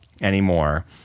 anymore